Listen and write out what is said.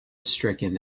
stricken